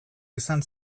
izan